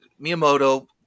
Miyamoto